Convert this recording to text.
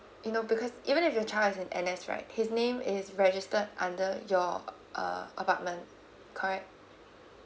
you know because even if your child is in N_S right his name is registered under your uh apartment correct